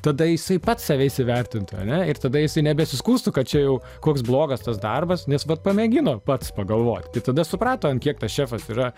tada jisai pats save įsivertintų ar ne ir tada jisai nebesiskųstų kad čia jau koks blogas tas darbas nes vat pamėgino pats pagalvot tai tada suprato ant kiek tas šefas yra